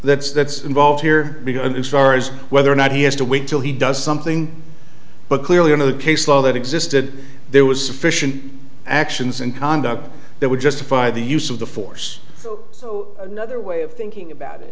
that's that's involved here because the stars whether or not he has to wait until he does something but clearly in the case law that existed there was sufficient actions in conduct that would justify the use of the force so another way of thinking about it